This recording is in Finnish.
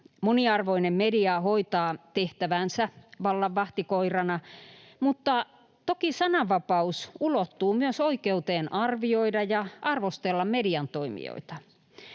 Moniarvoinen media hoitaa tehtäväänsä vallan vahtikoirana, mutta toki sananvapaus ulottuu myös oikeuteen arvioida ja arvostella median toimijoita.